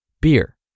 beer